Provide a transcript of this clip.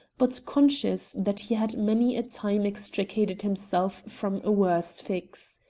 but conscious that he had many a time extricated himself from a worse fix.